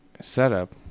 setup